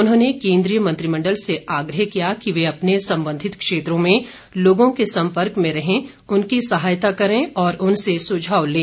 उन्होंने केन्द्रीय मंत्रिमण्डल से आग्रह किया कि वे अपने संबंधित क्षेत्रों में लोगों के सम्पर्क में रहें उनकी सहायता करें और उनसे सुझाव लें